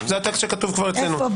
כתוב.